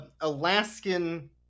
alaskan